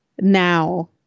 now